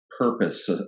purpose